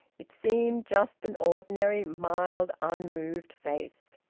it seemed just an ordinary mild, unmoved face.